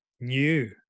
new